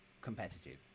competitive